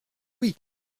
oui